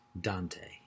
Dante